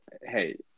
hey